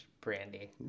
brandy